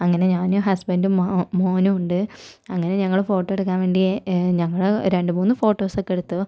അങ്ങനെ ഞാനും ഹസ്ബൻഡും മാ മോനും ഉണ്ട് അങ്ങനെ ഞങ്ങൾ ഫോട്ടോ എടുക്കാൻ വേണ്ടി ഞങ്ങൾ രണ്ട് മൂന്ന് ഫോട്ടോസൊക്കെ എടുത്തു